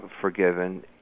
forgiven